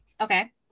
Okay